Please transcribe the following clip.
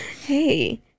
Hey